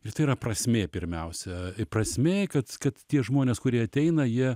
ir tai yra prasmė pirmiausia prasmė kad kad tie žmonės kurie ateina jie